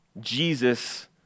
Jesus